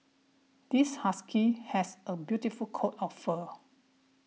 this husky has a beautiful coat of fur